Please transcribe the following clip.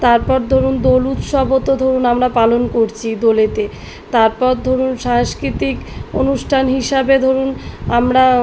তারপর ধরুন দোল উৎসবও তো ধরুন আমরা পালন করছি দোলেতে তারপর ধরুন সাংস্কৃতিক অনুষ্ঠান হিসাবে ধরুন আমরা